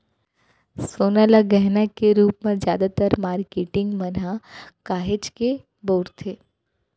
सोना ल गहना के रूप म जादातर मारकेटिंग मन ह काहेच के बउरथे